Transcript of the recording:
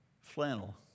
flannel